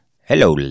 Hello